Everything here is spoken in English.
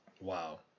Wow